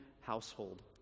household